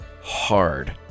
hard